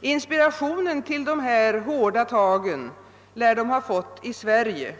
Inspirationen till dessa hårda tag lär man ha fått i Sverige.